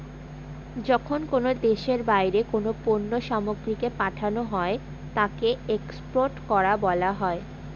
যখন কোনো দেশের বাইরে কোনো পণ্য সামগ্রীকে পাঠানো হয় তাকে এক্সপোর্ট করা বলা হয়